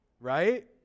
Right